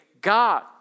God